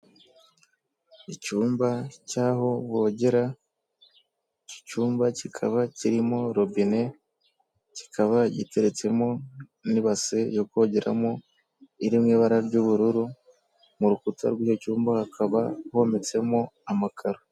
Icyumba cy'aho bogera; iki cyumba kikaba kirimo robine, kikaba giteretsemo n'ibasi yokongeramo, irimo ibara ry'ubururu mu rukuta rw'icyo cyumba hakaba hometsemo amakararo.